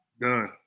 Done